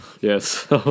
Yes